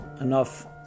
enough